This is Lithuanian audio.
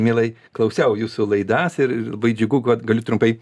mielai klausiau jūsų laidas ir labai džiugu kad galiu trumpai